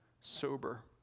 sober